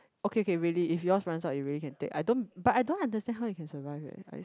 okay okay really if yours runs out you really can take I don't but I don't understand how you can survive eh I see